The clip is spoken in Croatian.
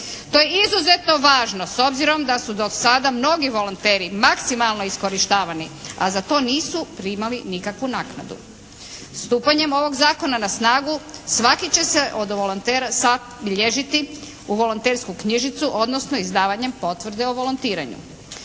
To je izuzetno važno s obzirom da su do sada mnogi volonteri maksimalno iskorištavani, a za to nisu primali nikakvu naknadu. Stupanjem ovog Zakona na snagu svaki će se od volontera zabilježiti u volontersku knjižicu, odnosno izdavanjem potvrde o volontiranju.